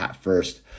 first